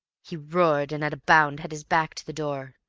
he roared, and at a bound had his back to the door.